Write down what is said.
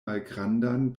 malgrandan